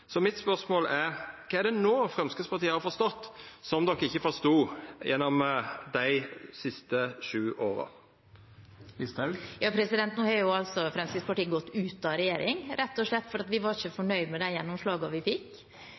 Mitt spørsmål er: Kva er det Framstegspartiet no har forstått, som dei ikkje forstod gjennom dei siste sju åra? Nå har altså Fremskrittspartiet gått ut av regjering, rett og slett fordi vi ikke var fornøyd med de gjennomslagene vi fikk.